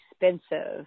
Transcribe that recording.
expensive